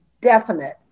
definite